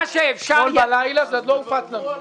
אתמול בלילה זה עוד לא הופץ לנו.